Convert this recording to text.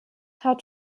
hat